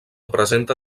presenta